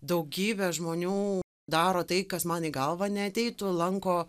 daugybė žmonių daro tai kas man į galvą neateitų lanko